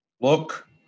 Look